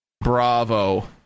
Bravo